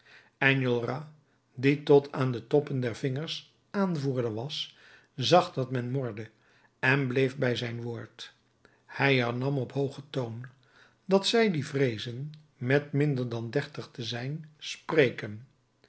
enjolras die tot aan de toppen der vingers aanvoerder was zag dat men morde en bleef bij zijn woord hij hernam op hoogen toon dat zij die vreezen met minder dan dertig te zijn spreken